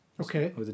Okay